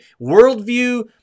worldview